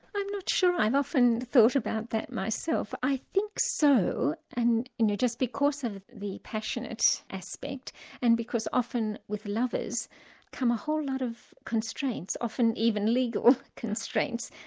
i'm not sure, i've often thought about that myself, i think so and you know just because the passionate aspect and because often with lovers come a whole lot of constraints, often even legal constraints,